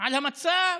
על המצב.